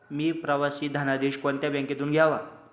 मी प्रवासी धनादेश कोणत्या बँकेतून घ्यावा?